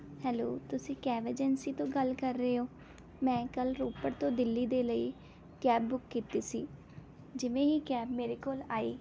hello ਤੁਸੀਂ cab agency ਤੋਂ ਗੱਲ ਕਰ ਰਹੇ ਹੋ ਮੈਂ ਕੱਲ ਰੋਪੜ ਤੋਂ ਦਿੱਲੀ ਦੇ ਲਈ ਕੈਬ ਬੁੱਕ ਕੀਤੀ ਸੀ ਜਿਵੇਂ ਹੀ ਕੈਬ ਮੇਰੇ ਕੋਲ ਆਈ